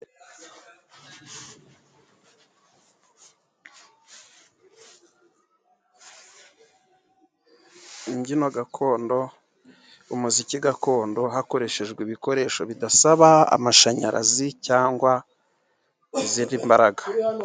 Imbyino gakondo, umuziki gakondo, hakoreshejwe ibikoresho bidasaba amashanyarazi, cyangwa izindi mbaraga.